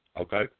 Okay